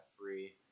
free